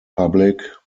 public